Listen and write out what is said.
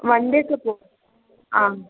വണ്ടിയൊക്കെ പോകുവോ ആ